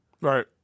Right